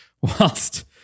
whilst